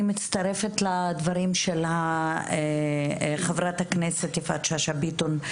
אני מצטרפת לדברים של חברת הכנסת יפעת שאשא ביטון,